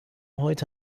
heute